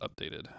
updated